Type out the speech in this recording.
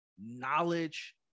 knowledge